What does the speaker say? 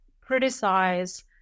criticize